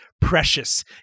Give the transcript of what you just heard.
precious